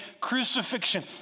crucifixion